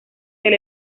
del